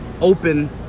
open